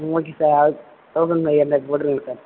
okay sir thousand போட்டுருவீங்க sir